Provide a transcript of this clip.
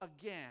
again